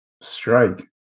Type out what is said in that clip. strike